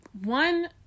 One